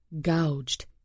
gouged